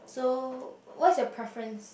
so what's your preference